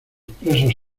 presos